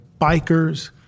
bikers